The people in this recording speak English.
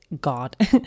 God